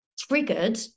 triggered